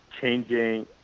changing